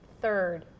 third